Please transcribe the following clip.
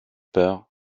peur